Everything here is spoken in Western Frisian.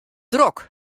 drok